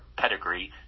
pedigree